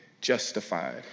justified